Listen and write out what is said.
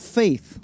faith